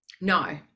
no